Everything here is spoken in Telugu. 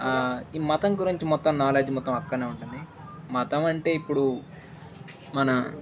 ఈ మతం గురించి మొత్తం నాలెడ్జ్ మొత్తం అక్కడే ఉంటుంది మతం అంటే ఇప్పుడు మన